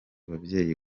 babyeyi